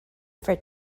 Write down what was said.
for